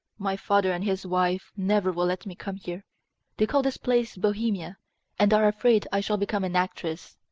my father and his wife never will let me come here they call this place bohemia and are afraid i shall become an actress.